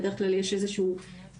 בדרך כלל יש איזה שהוא פער,